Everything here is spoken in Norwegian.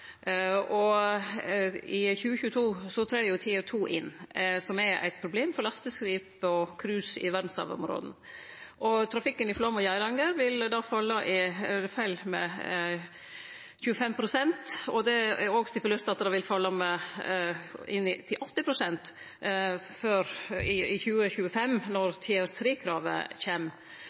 I 2022 trer Tier II inn, som er eit problem for lasteskip og cruise i verdshavområda. Trafikken i Flåm og Geiranger vil då falle med 25 pst., og det er stipulert at det vil falle med inntil 80 pst. i 2025, når Tier III-kravet kjem.